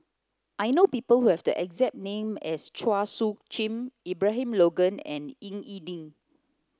I know people who have the exact name as Chua Soo Khim Abraham Logan and Ying E Ding